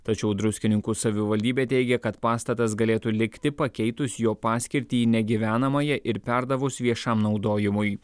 tačiau druskininkų savivaldybė teigia kad pastatas galėtų likti pakeitus jo paskirtį į negyvenamąjį ir perdavus viešam naudojimui